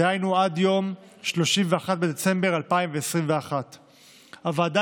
דהיינו עד יום 31 בדצמבר 2021. הוועדה